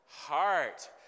heart